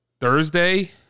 Thursday